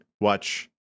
watch